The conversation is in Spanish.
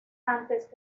antes